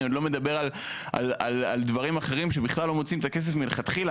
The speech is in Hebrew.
אני עוד לא מדבר על דברים אחרים שבכלל לא מוצאים את הכסף מלכתחילה.